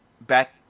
back